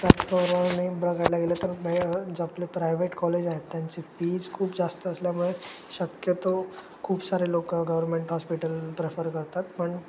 त्याच प्रमाणे बघायला गेलं तर नाही जे आपले प्रायव्हेट कॉलेज आहेत त्यांची फीज खूप जास्त असल्यामुळे शक्यतो खूप सारे लोक गव्हर्मेंट हॉस्पिटल प्रेफर करतात पण